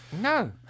No